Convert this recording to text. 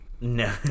no